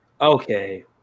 okay